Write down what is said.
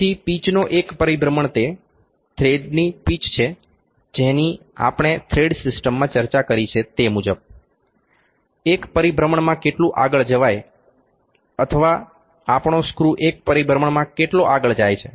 તેથી પિચનો એક પરિભ્રમણ તે થ્રેડની પિચ છે જેની આપણે થ્રેડ સિસ્ટમમાં ચર્ચા કરી છે તે મુજબ એક પરિભ્રમણમાં કેટલું આગળ જવાય છે અથવા આપણો સ્ક્રુ એક પરિભ્રમણમાં કેટલો આગળ જાય છે